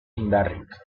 indarrik